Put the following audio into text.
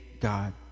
God